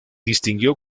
distinguió